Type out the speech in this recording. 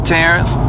Terrence